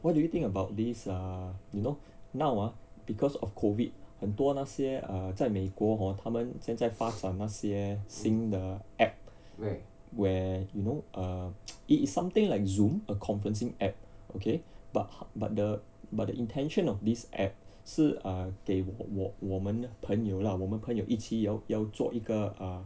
what do you think about this err you know now ah because of COVID 很多那些 err 在美国 hor 他们现在发展那些新的 app where you know err it it's something like zoom a conferencing app okay but but the but the intention of this app 是啊给我我们朋友啦我们朋友一起要要做一个啊